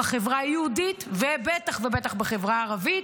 בחברה היהודית ובטח ובטח בחברה הערבית.